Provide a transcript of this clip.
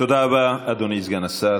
תודה רבה, אדוני סגן השר.